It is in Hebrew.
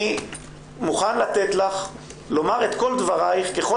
אני מוכן לתת לך לומר את כל דבריך ככל